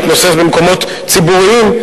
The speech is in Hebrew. המתנוסס במקומות ציבוריים,